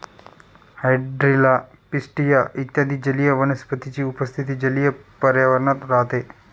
hydrilla, pistia इत्यादी जलीय वनस्पतींची उपस्थिती जलीय पर्यावरणात राहते